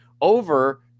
over